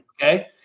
Okay